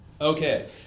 Okay